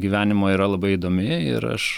gyvenimo yra labai įdomi ir aš